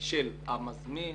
של המזמין,